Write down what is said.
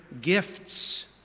gifts